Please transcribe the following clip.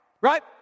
Right